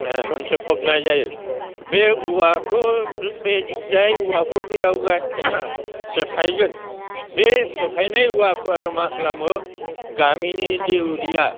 मोनसे फबनाय जायो बे औवाखौ बे जाय औवाखौ बेयाव गाय सेफायगोन बे सेफायनाय औवाखौ आरो मा खालामो गामिनि दौरिया